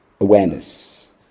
Awareness